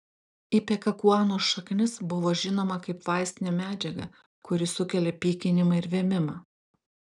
ipekakuanos šaknis buvo žinoma kaip vaistinė medžiaga kuri sukelia pykinimą ir vėmimą